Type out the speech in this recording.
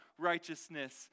righteousness